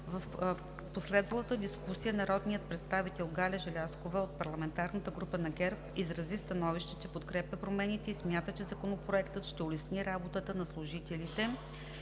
В последвалата дискусия народният представител Галя Желязкова от парламентарната група на ГЕРБ изрази становище, че подкрепя промените и смята, че Законопроектът ще улесни работата на служителите